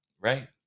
right